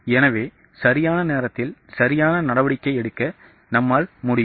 எனவே சரியான நேரத்தில் சரியான நடவடிக்கை எடுக்க முடியும்